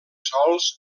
sols